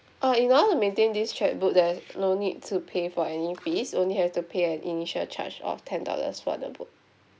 uh in order to maintain this chequebook there's no need to pay for any fees only have to pay an initial charge of ten dollars for the book